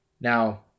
Now